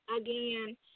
Again